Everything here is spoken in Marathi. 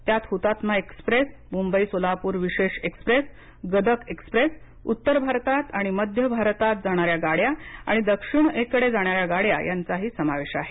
त्यात हुतात्मा एक्स्प्रेस मुंबई सोलापूर विशेष एक्स्प्रेस गदग एक्स्प्रेस उत्तर भारतात आणि मध्य भारतात जाणाऱ्या गाड्या आणि दक्षिणेत जाणाऱ्या गाड्या यांचाही समावेश आहे